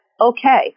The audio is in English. Okay